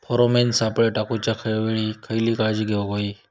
Pheromone सापळे टाकूच्या वेळी खयली काळजी घेवूक व्हयी?